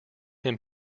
him